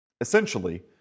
Essentially